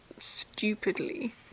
stupidly